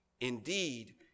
Indeed